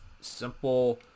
simple